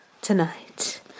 tonight